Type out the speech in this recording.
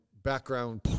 background